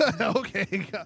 okay